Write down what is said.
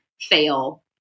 fail